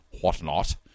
whatnot